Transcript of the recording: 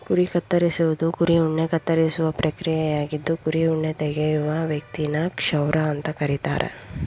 ಕುರಿ ಕತ್ತರಿಸುವುದು ಕುರಿ ಉಣ್ಣೆ ಕತ್ತರಿಸುವ ಪ್ರಕ್ರಿಯೆಯಾಗಿದ್ದು ಕುರಿ ಉಣ್ಣೆ ತೆಗೆಯುವ ವ್ಯಕ್ತಿನ ಕ್ಷೌರ ಅಂತ ಕರೀತಾರೆ